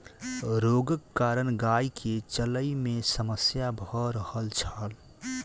रोगक कारण गाय के चलै में समस्या भ रहल छल